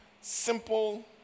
Simple